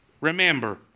Remember